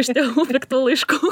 iš tėvų piktų laiškų